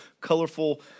colorful